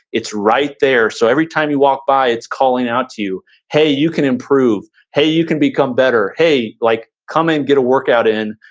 it's right there, so everytime you walk by, it's calling out to you, hey, you can improve, hey, you can become better, hey, like come come and get a workout in.